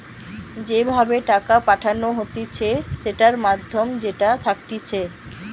যে ভাবে টাকা পাঠানো হতিছে সেটার মাধ্যম যেটা থাকতিছে